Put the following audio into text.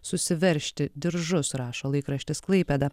susiveržti diržus rašo laikraštis klaipėda